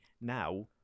Now